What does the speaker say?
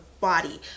body